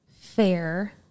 fair